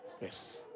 Yes